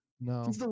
No